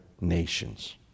nations